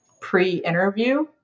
pre-interview